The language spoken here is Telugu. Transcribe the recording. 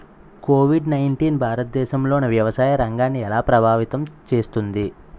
కోవిడ్ నైన్టీన్ భారతదేశంలోని వ్యవసాయ రంగాన్ని ఎలా ప్రభావితం చేస్తుంది?